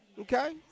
Okay